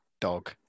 dog